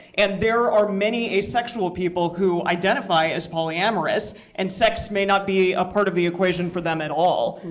and there are many asexual people who identify as polyamorous, and sex may not be a part of the equation for them at all.